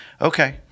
okay